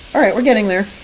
all right, we're getting there.